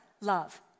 love